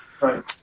Right